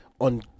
on